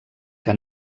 que